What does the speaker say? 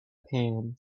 pan